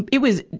it was,